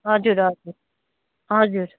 हजुर हजुर हजुर